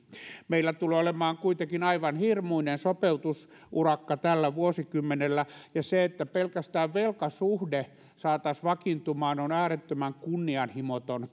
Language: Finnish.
meillä tulee olemaan kuitenkin aivan hirmuinen sopeutusurakka tällä vuosikymmenellä ja se että pelkästään velkasuhde saataisiin vakiintumaan on äärettömän kunnianhimoton